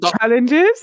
challenges